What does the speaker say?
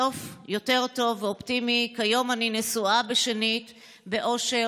סוף יותר טוב ואופטימי: כיום אני נשואה שנית באושר,